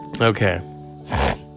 Okay